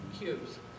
cubes